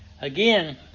Again